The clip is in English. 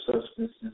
substances